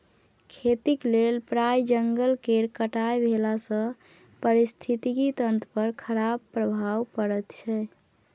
खेतीक लेल प्राय जंगल केर कटाई भेलासँ पारिस्थितिकी तंत्र पर खराप प्रभाव पड़ैत छै